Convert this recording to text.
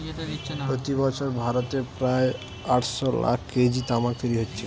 প্রতি বছর ভারতে প্রায় আটশ লাখ কেজি তামাক তৈরি হচ্ছে